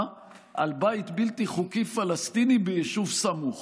על בית בלתי חוקי פלסטיני ביישוב סמוך